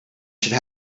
should